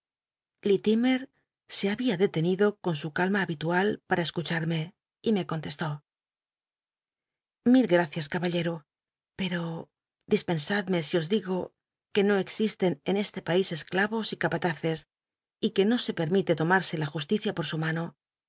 se habia detenido con su calma babiual para escucharme y me contestó l ilil gracias caballero pero dispensad me si os digo que no existen en este ais escla'os y capataces y que no se permite tomarse la justicia por su mano